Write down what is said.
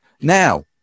Now